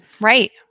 Right